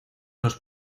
los